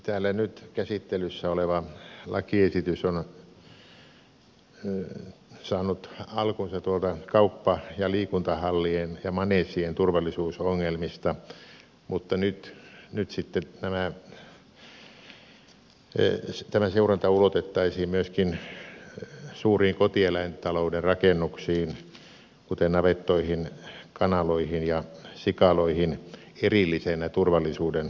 täällä nyt käsittelyssä oleva lakiesitys on saanut alkunsa kauppa ja liikuntahallien ja maneesien turvallisuusongelmista mutta nyt sitten tämä seuranta ulotettaisiin myöskin suuriin kotieläintalouden rakennuksiin kuten navettoihin kanaloihin ja sikaloihin erillisenä turvallisuuden arviointina